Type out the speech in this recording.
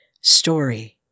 story